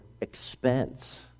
expense